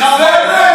האמיתי,